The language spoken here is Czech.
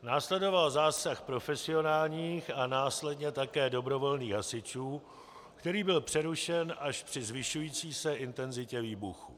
Následoval zásah profesionálních a následně také dobrovolných hasičů, který byl přerušen až při zvyšující se intenzitě výbuchů.